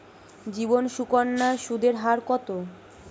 জীবন সুকন্যা সুদের হার কত?